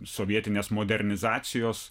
sovietinės modernizacijos